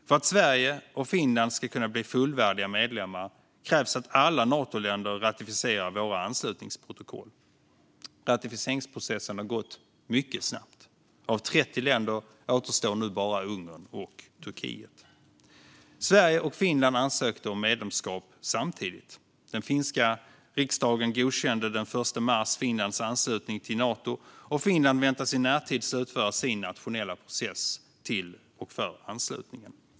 För att Sverige och Finland ska kunna bli fullvärdiga medlemmar krävs att alla Natoländer ratificerar våra anslutningsprotokoll. Ratificeringsprocessen har gått mycket snabbt - av 30 länder återstår nu bara Ungern och Turkiet. Sverige och Finland ansökte om medlemskap samtidigt. Den finska riksdagen godkände den 1 mars Finlands anslutning till Nato, och Finland väntas i närtid slutföra sin nationella process inför anslutningen.